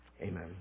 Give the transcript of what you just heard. Amen